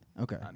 Okay